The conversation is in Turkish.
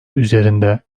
üzerinde